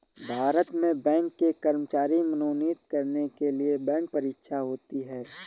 भारत में बैंक के कर्मचारी मनोनीत करने के लिए बैंक परीक्षा होती है